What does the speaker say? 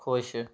ਖੁਸ਼